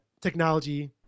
technology